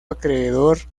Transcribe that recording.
acreedor